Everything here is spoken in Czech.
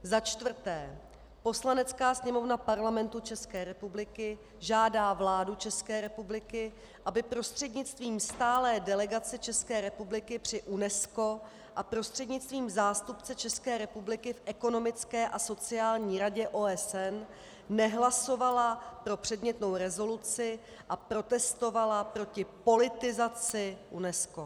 IV. Poslanecká sněmovna Parlamentu České republiky žádá vládu České republiky, aby prostřednictvím stálé delegace České republiky při UNESCO a prostřednictvím zástupce České republiky v Ekonomické a sociální radě OSN nehlasovala pro předmětnou rezoluci a protestovala proti politizaci UNESCO.